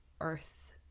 earth